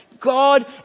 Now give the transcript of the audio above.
God